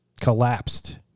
collapsed